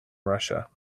russia